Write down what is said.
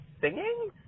singing